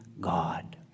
God